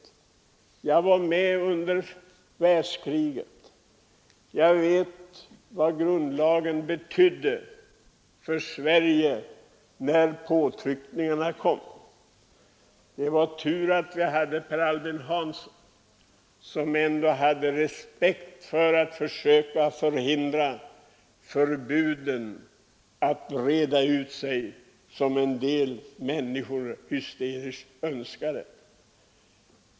Jag var ju med under andra världskrigets år och vet därför vad grundlagen då betydde för Sverige, när påtryckningarna kom. Då var det tur att vi hade Per Albin Hansson. Han hade respekt för grundlagen och en stark vilja att hindra förbuden att breda ut sig, som en del människor hysteriskt förespråkade.